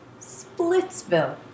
Splitsville